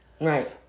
Right